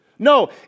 No